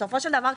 בסופו של דבר,